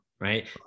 right